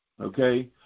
okay